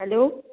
hello